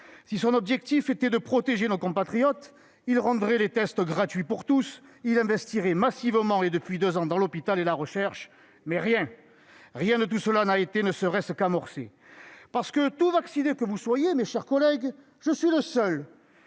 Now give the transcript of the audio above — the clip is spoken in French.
Si son objectif était de protéger nos compatriotes, il rendrait les tests gratuits pour tous, il investirait massivement depuis deux ans dans l'hôpital et la recherche. Or rien de tout cela n'a été ne serait-ce qu'amorcé. Tout vaccinés que vous êtes, mes chers collègues, je suis le seul